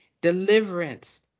deliverance